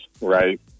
right